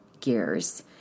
gears